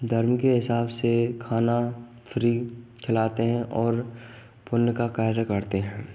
धर्म के हिसाब से खाना फ़्री खिलाते हैं और पुण्य का कार्य करते हैं